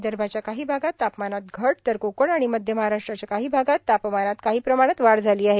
विदर्भाच्या काही भागात तापमानात घट तर कोकण आणि मध्य महाराष्ट्राच्या काही भागात तापमानात काही प्रमाणात वाढ झाली आहे